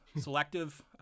selective